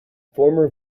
former